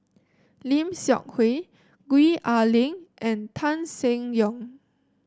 Lim Seok Hui Gwee Ah Leng and Tan Seng Yong